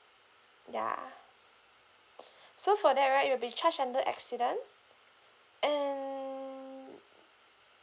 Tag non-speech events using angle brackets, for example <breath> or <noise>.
ya <breath> so for that right you will be charged under accident and